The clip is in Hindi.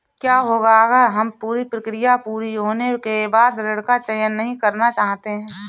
क्या होगा अगर हम पूरी प्रक्रिया पूरी होने के बाद ऋण का चयन नहीं करना चाहते हैं?